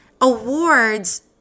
Awards